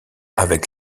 avec